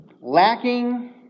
lacking